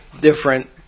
different